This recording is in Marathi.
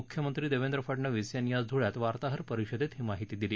मुख्यमंत्री देवेंद्र फडनवीस यांनी आज धुळ्यात वार्ताहर परिषदेत ही माहिती दिली